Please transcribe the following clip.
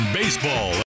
baseball